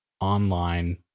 online